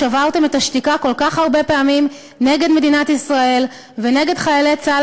שברתם את השתיקה כל כך הרבה פעמים נגד מדינת ישראל ונגד חיילי צה"ל